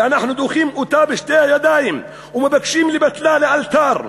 ואנחנו דוחים אותה בשתי ידיים ומבקשים לבטלה לאלתר.